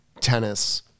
tennis